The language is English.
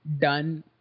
done